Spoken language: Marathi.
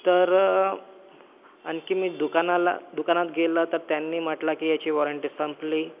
तर आणखी मी दुकानाला दुकानात गेला तर त्यांनी म्हटला की याची वॉरंटी संपली